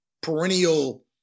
perennial